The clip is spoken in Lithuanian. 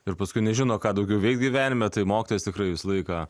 ir paskui nežino ką daugiau veikt gyvenime tai mokytojas tikrai visą laiką